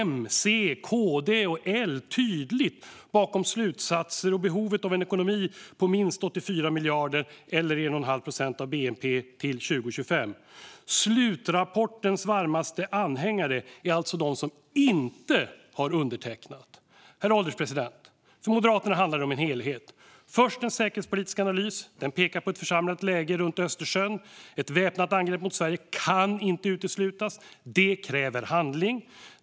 M, C, KD och L står tydligt bakom slutsatser och behovet av en ekonomi på minst 84 miljarder, eller 1,5 procent av bnp, till 2025. Slutrapportens varmaste anhängare är alltså de som inte har undertecknat den. Herr ålderspresident! För Moderaterna handlar det om en helhet. Först görs en säkerhetspolitisk analys. Den pekar på ett försämrat läge runt Östersjön. Ett väpnat angrepp mot Sverige kan inte uteslutas. Det kräver handling.